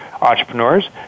entrepreneurs